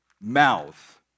mouth